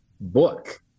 book